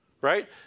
Right